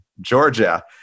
Georgia